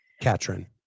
Katrin